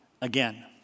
again